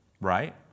Right